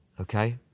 okay